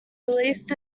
released